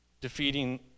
defeating